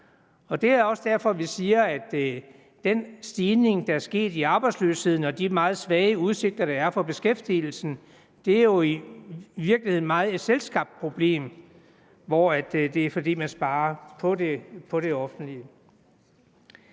Det er også derfor, vi siger, at den stigning, der er sket i arbejdsløsheden, og de meget svage udsigter, der er for beskæftigelsen, jo i virkeligheden meget er et selvskabt problem, som skyldes, at man sparer på det offentlige.